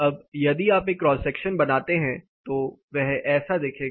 अब यदि आप एक क्रॉस सेक्शन बनाते हैं तो वह ऐसा दिखेगा